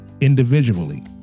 individually